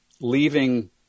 leaving